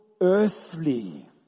earthly